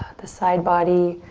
the side body,